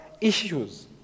issues